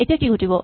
এতিয়া কি ঘটিব